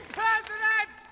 president